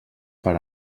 per